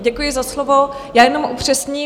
Děkuji za slovo, já jenom upřesním.